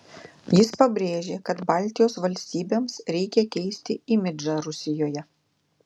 jis pabrėžė kad baltijos valstybėms reikia keisti imidžą rusijoje